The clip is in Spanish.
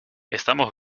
estamos